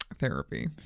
therapy